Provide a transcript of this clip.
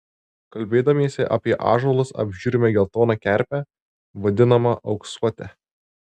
kalbėdamiesi apie ąžuolus apžiūrime geltoną kerpę vadinamą auksuote